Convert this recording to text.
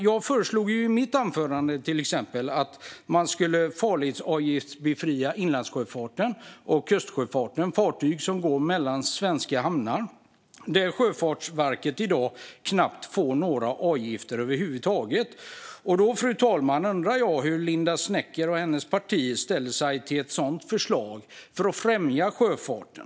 Jag föreslog i mitt anförande att inlandssjöfarten och kustsjöfarten farledsavgiftsbefrias. Det gäller alltså fartyg som går mellan svenska hamnar. Där får Sjöfartsverket i dag knappt in några avgifter över huvud taget. Jag undrar hur Linda W Snecker och hennes parti ställer sig till ett sådant förslag för att främja sjöfarten.